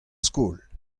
skol